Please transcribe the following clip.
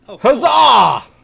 Huzzah